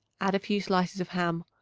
add a few slices of ham,